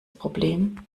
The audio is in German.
problem